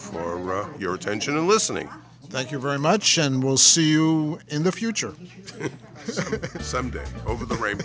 for your attention and listening thank you very much and we'll see you in the future someday over the ra